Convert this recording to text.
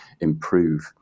improve